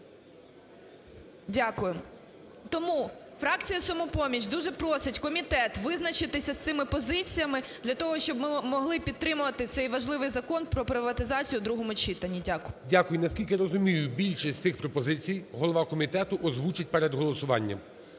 Дякую. Тому фракція "Самопоміч" дуже просить комітет визначитися з цими позиціями для того, щоб ми могли підтримувати цей важливий Закон про приватизацію в другому читанні. Дякую. ГОЛОВУЮЧИЙ. Дякую. Наскільки розумію, більшість з цих пропозицій голова комітету озвучить перед голосуванням.